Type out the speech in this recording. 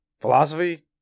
Philosophy